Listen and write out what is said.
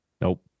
Nope